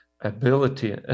ability